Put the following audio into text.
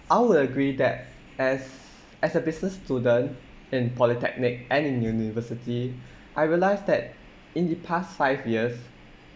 I would agree that as as a business student in polytechnic and in university I realised that in the past five years